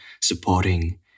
supporting